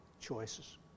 choices